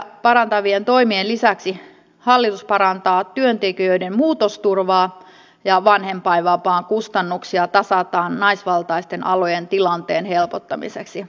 kustannuskilpailukykyä parantavien toimien lisäksi hallitus parantaa työntekijöiden muutosturvaa ja vanhempainvapaan kustannuksia tasataan naisvaltaisten alojen tilanteen helpottamiseksi